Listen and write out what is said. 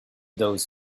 those